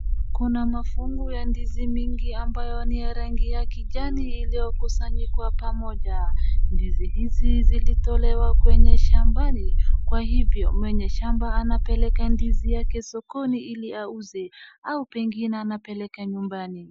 Kuna mafungu ya ndizi mingi ambayo ni ya rangi ya kijani iliyokusanyikwa pamoja. Ndizi hizi zilitolewa kwenye shambani kwa hivyo mwenye shamba anapeleka ndizi yake sokoni ili auze au pengine anapeleka nyumbani.